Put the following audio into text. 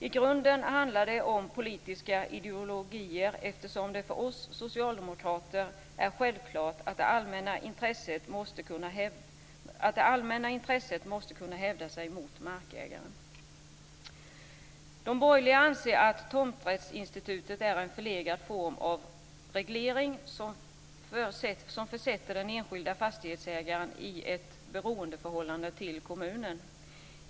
I grunden handlar det om politiska ideologier, eftersom det för oss socialdemokrater är självklart att det allmänna intresset måste kunna hävda sig mot markägaren. De borgerliga anser att tomträttsinstitutet är en förlegad form av reglering som försätter den enskilde fastighetsägaren i ett beroendeförhållande till kommunen.